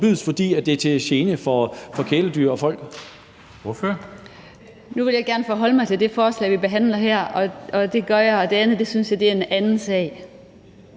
Kl. 11:07 Susanne Zimmer (UFG): Nu vil jeg gerne forholde mig til det forslag, vi behandler her, og det gør jeg, og det andet synes jeg er en anden sag.